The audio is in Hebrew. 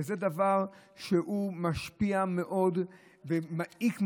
וזה דבר שמשפיע מאוד ומעיק מאוד.